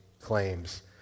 claims